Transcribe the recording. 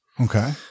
Okay